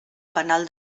penal